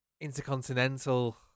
intercontinental